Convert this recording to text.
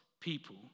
people